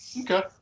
Okay